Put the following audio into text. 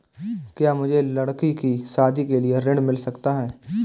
क्या मुझे लडकी की शादी के लिए ऋण मिल सकता है?